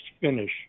finish